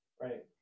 Right